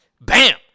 bam